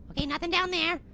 nothing down there.